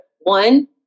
One